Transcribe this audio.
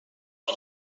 but